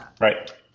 Right